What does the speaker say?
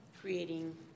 creating